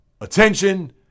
attention